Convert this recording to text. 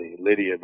Lydia